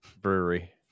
Brewery